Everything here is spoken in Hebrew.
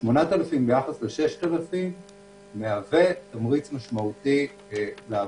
8,000 שקל ביחס ל-6,000 שקל מהווה תמריץ משמעותי לעבודה.